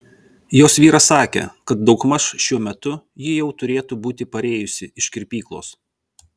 jos vyras sakė kad daugmaž šiuo metu ji jau turėtų būti parėjusi iš kirpyklos